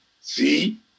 See